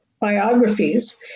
biographies